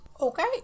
Okay